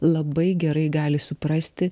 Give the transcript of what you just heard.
labai gerai gali suprasti